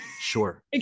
sure